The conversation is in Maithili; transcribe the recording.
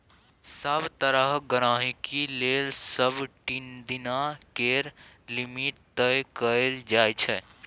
सभ तरहक गहिंकी लेल सबदिना केर लिमिट तय कएल जाइ छै